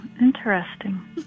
interesting